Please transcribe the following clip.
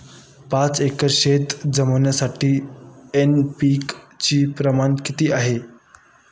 पाच एकर शेतजमिनीसाठी एन.पी.के चे प्रमाण किती असते?